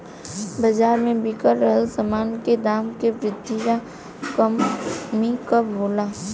बाज़ार में बिक रहल सामान के दाम में वृद्धि या कमी कब होला?